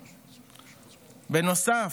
בנוסף,